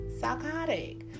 psychotic